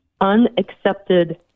unaccepted